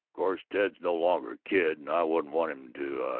course ted's no longer a kid, and i wouldn't want him to, ah,